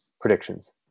predictions